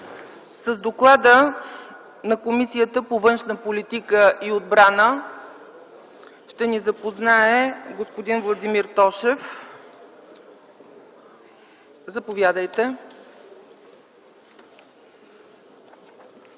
С доклада на Комисията по външна политика и отбрана ще ни запознае господин Владимир Тошев. Заповядайте!